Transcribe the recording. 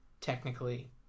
technically